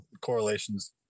correlations